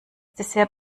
dessert